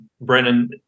Brennan